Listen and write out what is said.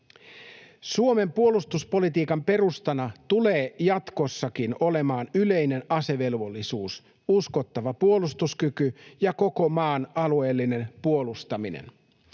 Suomen puolustuspolitiikan perustana tulee jatkossakin olemaan yleinen asevelvollisuus, uskottava puolustuskyky ja koko maan alueellinen puolustaminen.